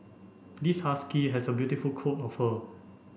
this husky has a beautiful coat of fur